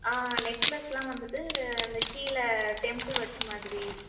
ஆ நெக்லஸ்யெலாம் வந்துட்டு அந்த கீழே டெம்புள் வைச்ச மாதிரி